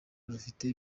rufite